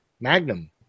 magnum